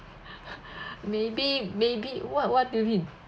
maybe maybe what what do you mean